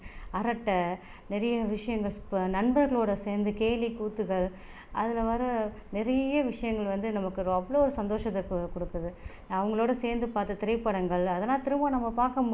அரட்டை நிறைய விஷயங்கள் நண்பர்களோடு சேர்ந்து கேலி கூத்துகள் அதில் வர நிறைய விஷயங்கள் வந்து நமக்கு அவ்வளோ சந்தோசத்தை கொடுக்குது அவங்களோடு சேர்ந்து பார்த்த திரைப்படங்கள் அதெலாம் திரும்ப நாம் பாக்கும் போது